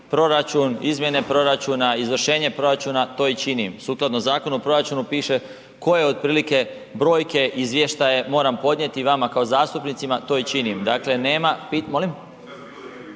proračun, izmjene proračuna, izvršenje proračuna, to i činim. Sukladno Zakonu o proračunu piše koje otprilike brojke, izvještaje moram podnijeti vama kao zastupnicima, to i činim. Dakle nema